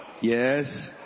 Yes